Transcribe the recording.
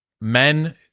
men